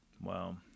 Wow